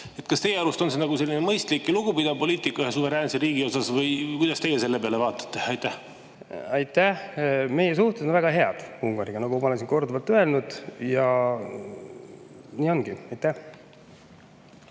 Kas teie arust on see nagu selline mõistlik ja lugupidav poliitika ühe suveräänse riigi suhtes või kuidas teie selle peale vaatate? Aitäh! Meie suhted Ungariga on väga head, nagu ma olen siin korduvalt öelnud, ja nii ongi. Aitäh!